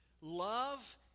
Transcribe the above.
love